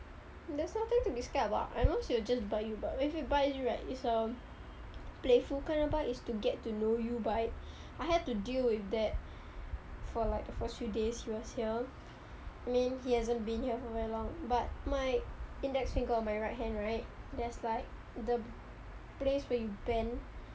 there's nothing to be scared about I know she will just bite you but if it's bites you right it's um playful kind of bite it's to get to know you bite I had to deal with that for like the first few days he was here I mean he hasn't been here for very long but my index finger on my right hand right there's like the place where you bend